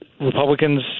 Republicans